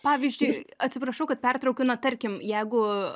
pavyzdžiui atsiprašau kad pertraukiu na tarkim jeigu